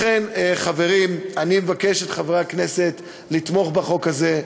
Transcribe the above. לכן, חברים, אני מבקש מחברי הכנסת לתמוך בחוק הזה.